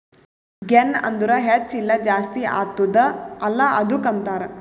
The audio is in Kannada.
ಗೆನ್ ಅಂದುರ್ ಹೆಚ್ಚ ಇಲ್ಲ ಜಾಸ್ತಿ ಆತ್ತುದ ಅಲ್ಲಾ ಅದ್ದುಕ ಅಂತಾರ್